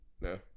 No